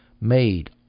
made